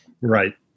Right